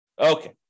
Okay